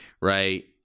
Right